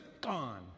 Gone